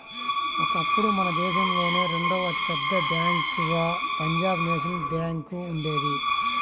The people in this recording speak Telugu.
ఒకప్పుడు మన దేశంలోనే రెండవ అతి పెద్ద బ్యేంకుగా పంజాబ్ నేషనల్ బ్యేంకు ఉండేది